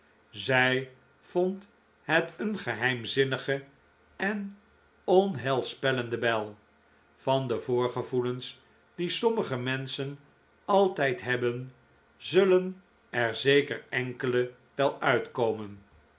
zij vond het een geheimzinnige en onheilspellende bel van de voorgevoelens die sommige menschen altijd hebben zullen er zeker enkele wel uitkomen